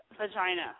vagina